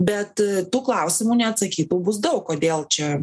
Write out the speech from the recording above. bet tų klausimų neatsakytų bus daug kodėl čia